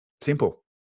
simple